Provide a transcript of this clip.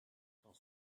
quand